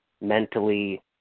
mentally